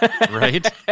Right